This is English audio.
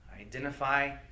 Identify